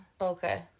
Okay